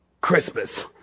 Christmas